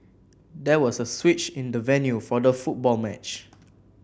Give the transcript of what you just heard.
there was a switch in the venue for the football match